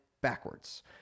backwards